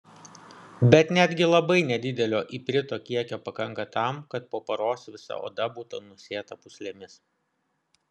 bet netgi labai nedidelio iprito kiekio pakanka tam kad po paros visa oda būtų nusėta pūslėmis